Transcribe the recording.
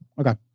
Okay